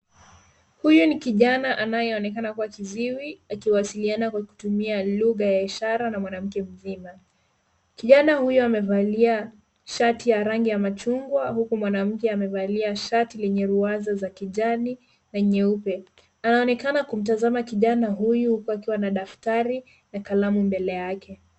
Huyu ni kijana anayeonekana kuwa kiziwi, akiwasiliana kwa kutumia lugha ya ishara na mwanamke mzima. Kijana huyu amevalia shati ya rangi ya machungwa huku mwanamke amevalia shati lenye ruwaza za kijani na nyeupe. Anaonekana kumtazama kijana huyu wakiwa na daktari na kalamu mbele yake.